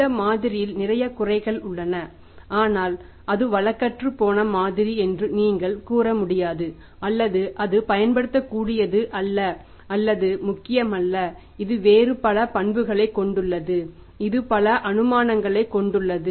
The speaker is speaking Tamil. இந்த மாதிரியில் நிறைய குறைகள் உள்ளன ஆனால் அது வழக்கற்றுப் போன மாதிரி என்று நீங்கள் கூற முடியாது அல்லது அது பயன்படுத்தக்கூடியது அல்ல அல்லது அது முக்கியமல்ல இது வேறு பல பண்புகளைக் கொண்டுள்ளது இது பல அனுமானங்களை கொண்டுள்ளது